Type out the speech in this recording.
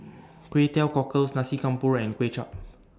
Kway Teow Cockles Nasi Campur and Kway Chap